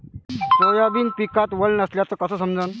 Soybean पिकात वल नसल्याचं कस समजन?